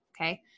Okay